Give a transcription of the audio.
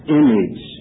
image